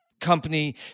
company